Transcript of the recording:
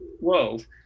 world